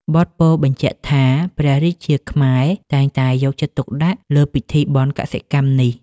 បទពោលបញ្ជាក់ថា ព្រះរាជាខ្មែរតែងតែយកចិត្តទុកដាក់លើពិធីបុណ្យកសិកម្មនេះ។